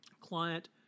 client